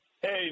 Hey